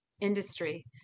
industry